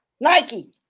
Nike